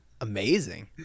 Amazing